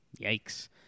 Yikes